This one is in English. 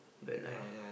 when I